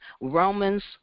Romans